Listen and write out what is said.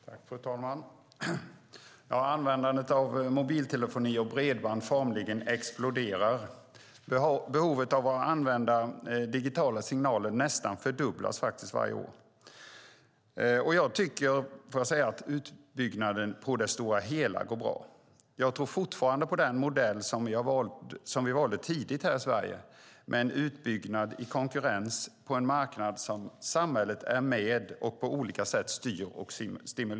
Fru talman! Användandet av mobiltelefoni och bredband formligen exploderar, och behovet av att använda digitala signaler nästan fördubblas varje år. Jag tycker att utbyggnaden på det stora hela går bra och tror fortfarande på den modell som vi valde tidigt här i Sverige med en utbyggnad i konkurrens på en marknad som samhället är med och styr och stimulerar på olika sätt.